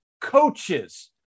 coaches